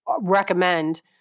recommend